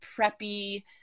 preppy